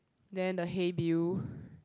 then the hey Bill